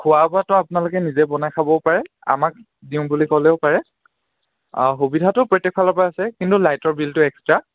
খোৱা বোৱাটো আপোনালোকে নিজে বনাই খাবও পাৰে আমাক দিওঁ বুলি ক'লেও পাৰে সুবিধাটো প্ৰত্যেকফালৰ পৰাই আছে কিন্তু লাইটৰ বিলটো এক্সট্ৰা